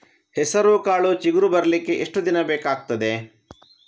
ಹೆಸರುಕಾಳು ಚಿಗುರು ಬರ್ಲಿಕ್ಕೆ ಎಷ್ಟು ದಿನ ಬೇಕಗ್ತಾದೆ?